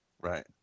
Right